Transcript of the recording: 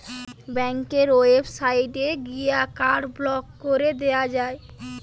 ব্যাংকের ওয়েবসাইটে গিয়ে কার্ড ব্লক কোরে দিয়া যায়